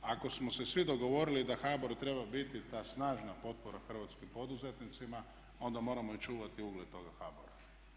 Ako smo se svi dogovorili da HBOR treba biti ta snažna potpora hrvatskim poduzetnicima onda moramo i čuvati ugled toga HBOR-a.